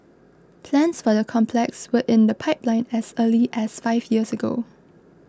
plans for the complex were in the pipeline as early as five years ago